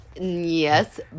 Yes